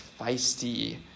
feisty